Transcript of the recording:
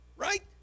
right